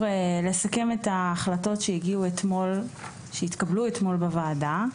לסכם את ההחלטות שהתקבלו אתמול בוועדה,